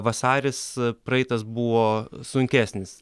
vasaris praeitas buvo sunkesnis